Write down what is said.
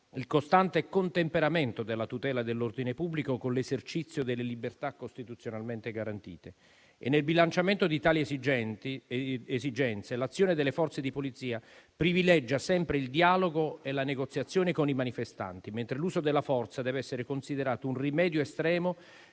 il costante contemperamento della tutela dell'ordine pubblico con l'esercizio delle libertà costituzionalmente garantite. Nel bilanciamento di tali esigenze, l'azione delle Forze di polizia privilegia sempre il dialogo e la negoziazione con i manifestanti, mentre l'uso della forza deve essere considerato un rimedio estremo